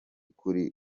kuri